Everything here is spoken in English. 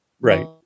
right